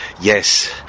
Yes